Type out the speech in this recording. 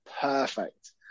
perfect